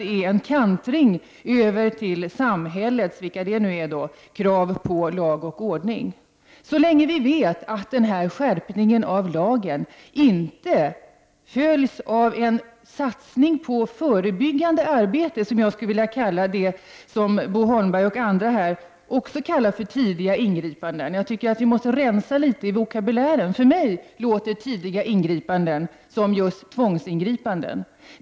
Det är en kantring över till samhällets — vilka det nu är — krav på lag och ordning, så länge den här skärpningen av lagen inte följs av en satsning på förebyggande arbete. Det som Bo Holmberg och andra kallar för ”tidiga ingripanden” låter för mig som just tvångsingripanden. Vi måste rensa litet i vokabulären.